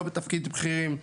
לא בתפקיד בכירים,